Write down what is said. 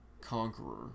Conqueror